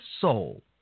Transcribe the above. soul